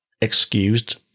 excused